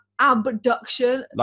abduction